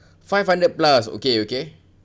five hundred plus okay okay